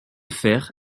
faire